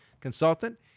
consultant